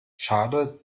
schade